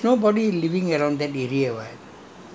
the hill and turn ah they going up the slope on the turn